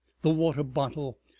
the water-bottle,